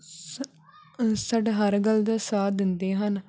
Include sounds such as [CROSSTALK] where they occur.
[UNINTELLIGIBLE] ਸਾਡਾ ਹਰ ਗੱਲ ਦਾ ਸਾਥ ਦਿੰਦੇ ਹਨ